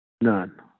None